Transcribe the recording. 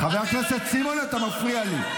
חבר הכנסת סימון, אתה מפריע לי.